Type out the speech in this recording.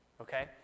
Okay